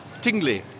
Tingly